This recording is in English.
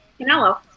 Canelo